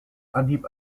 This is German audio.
anhieb